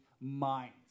minds